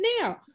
now